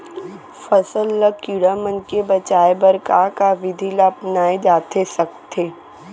फसल ल कीड़ा मन ले बचाये बर का का विधि ल अपनाये जाथे सकथे?